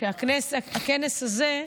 שהכנס הזה,